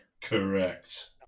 Correct